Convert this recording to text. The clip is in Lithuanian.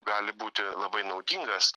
gali būti labai naudingas